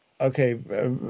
Okay